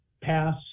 pass